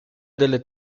delle